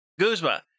Guzma